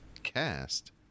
cast